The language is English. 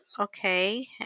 Okay